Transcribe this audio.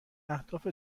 اهداف